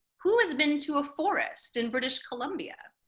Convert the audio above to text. who has been to a forest in british columbia?